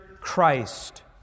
Christ